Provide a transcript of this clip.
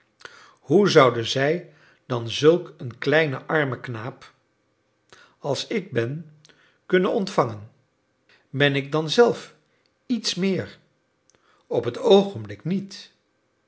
hoe zouden zij dan zulk een kleinen armen knaap als ik ben kunnen ontvangen ben ik dan zelf iets meer op het oogenblik niet